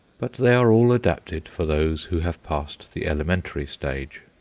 but they are all adapted for those who have passed the elementary stage.